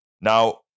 Now